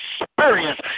experience